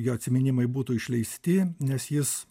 jo atsiminimai būtų išleisti nes jis